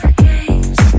games